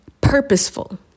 purposeful